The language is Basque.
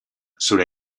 zure